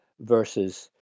Versus